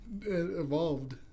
evolved